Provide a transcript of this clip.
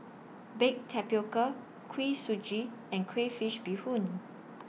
Baked Tapioca Kuih Suji and Crayfish Beehoon